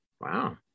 Wow